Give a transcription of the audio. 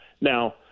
Now